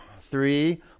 three